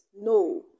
No